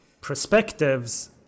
perspectives